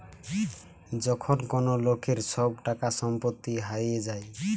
যখন কোন লোকের সব টাকা সম্পত্তি হারিয়ে যায়